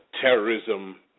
terrorism